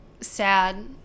sad